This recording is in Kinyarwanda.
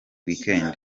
weekend